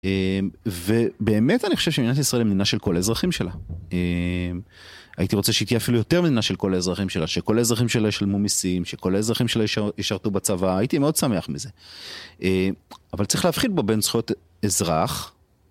ובאמת אני חושב שמדינת ישראל היא מדינה של כל האזרחים שלה. הייתי רוצה שהיא תהיה אפילו יותר מדינה של כל האזרחים שלה, שכל האזרחים שלה ישלמו מיסים, שכל האזרחים שלה ישרתו בצבא, הייתי מאוד שמח מזה. אבל צריך להבחין פה בין זכויות אזרח...